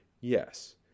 Yes